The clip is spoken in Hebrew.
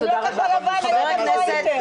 אם לא כחול לבן היום לא הייתם.